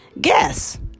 guess